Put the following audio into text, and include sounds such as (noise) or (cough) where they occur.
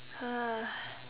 (noise)